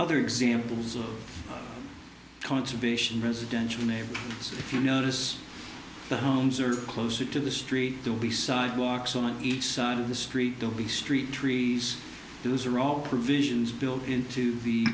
other examples of conservation residential neighborhoods if you notice the homes are closer to the street they will be sidewalks on each side of the street don't be street trees those are all provisions built into the